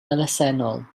elusennol